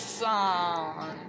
song